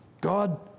God